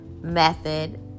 method